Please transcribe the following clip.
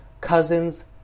cousin's